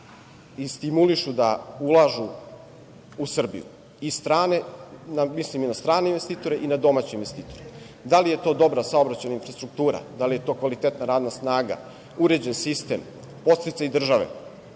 da stimulišu da ulažu u Srbiju, mislim i na strane, i na domaće investitore. Da li je to dobra saobraćajna infrastruktura, da li je to kvalitetna radna snaga, uređen sistem, podsticaj države.